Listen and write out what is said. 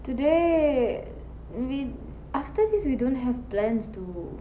today we after this we don't have plans to